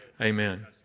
Amen